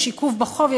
יש עיכוב בחוב,